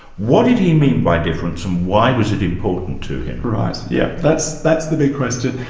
what did he mean by difference and why was it important to him? right, yes that's that's the big question.